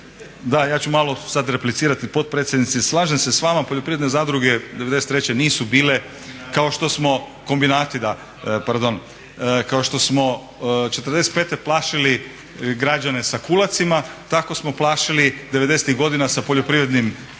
Da ja ću malo sada replicirati potpredsjednici, slažem se s vama, poljoprivredne zadruge '93. nisu bile kao što smo … …/Upadica se ne čuje./… Kombinati da, pardon. Kao što smo '45. plašili građane sa kulacima tako smo plašili '90.-tih godina sa poljoprivrednim